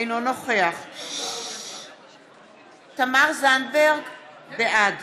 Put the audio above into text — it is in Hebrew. אינו נוכח תמר זנדברג, בעד